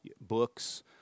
books